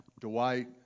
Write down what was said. Dwight